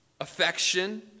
affection